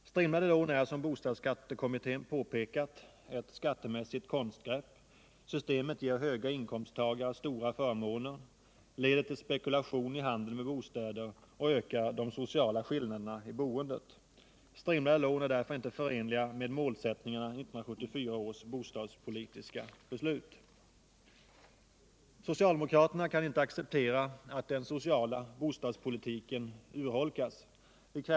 Strimlade lån är, som bostadsskattekommittén påpekat, ett skattemässigt konstgrepp. Systemet ger höga inkomsttagare stora förmåner, leder till spekulation i handeln med bostäder och ökar de sociala skillnaderna i boendet. Strimlade Jån är därför inte förenliga med målsättningarna i 1974 års bostadspolitiska beslut. Socialdemokraterna kan inte acceptera att den sociala bostadspolitiken urholkas.